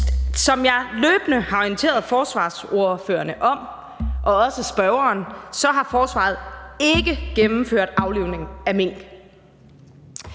Som jeg løbende har orienteret forsvarsordførerne om – og også spørgeren – har forsvaret ikke gennemført aflivning af mink.